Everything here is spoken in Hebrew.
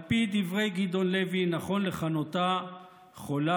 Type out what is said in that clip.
לפי דברי גדעון לוי, נכון לכנותה חולה,